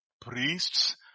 Priests